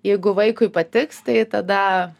jeigu vaikui patiks tai tada